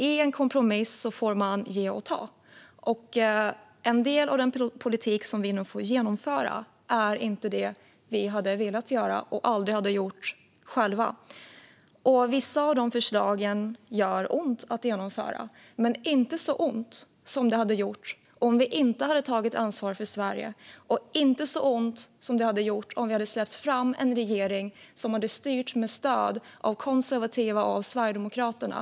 I en kompromiss får man ge och ta, och en del av den politik som vi nu får genomföra är inte det vi hade velat göra och något som vi aldrig hade gjort själva. Vissa av förslagen gör ont att genomföra, men inte så ont som det hade gjort om vi inte hade tagit ansvar för Sverige, och inte så ont som det hade gjort om vi hade släppt fram en regering som hade styrt med stöd av konservativa partier och Sverigedemokraterna.